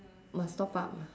must top up ah